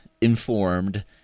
informed